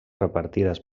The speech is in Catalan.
repartides